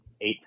eight